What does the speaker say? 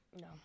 No